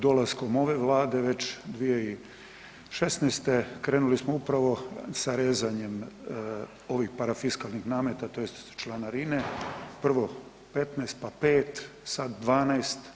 Dolaskom ove Vlade već 2016. krenuli smo upravo sa rezanjem ovih parafiskalnih nameta tj. članarine, prvo 15, pa 5, sad 12.